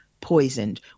poisoned